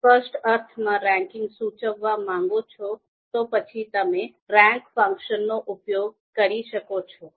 જો તમે સ્પષ્ટ અર્થમાં રેન્કિંગ સૂચવવા માંગો છો તો પછી તમે રેન્ક ફંક્શનનો ઉપયોગ કરી શકો છો